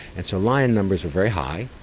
and so lion numbers were very high,